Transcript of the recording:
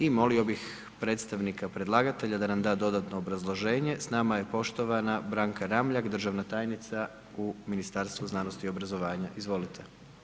I molio bih predstavnika predlagatelja da nam da dodatno obrazloženje, s nama je poštovana Branka Ramljak državna tajnica u Ministarstvu znanosti obrazovanja, izvolite.